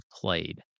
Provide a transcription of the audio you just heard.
played